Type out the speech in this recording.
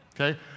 okay